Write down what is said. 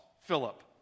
Philip